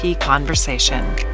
conversation